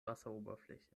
wasseroberfläche